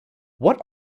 what